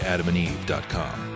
AdamandEve.com